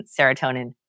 serotonin